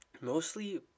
mostly